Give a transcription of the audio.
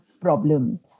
problem